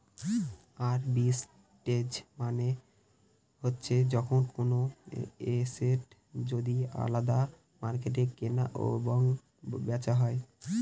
arbitrage মানে হচ্ছে যখন কোনো এসেট যদি আলাদা মার্কেটে কেনা এবং বেচা হয়